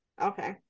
Okay